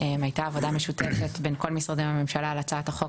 הייתה עבודה משותפת בין כל משרדי הממשלה על הצעת החוק,